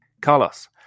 Carlos